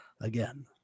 Again